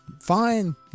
fine